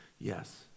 Yes